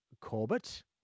Corbett